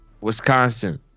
Wisconsin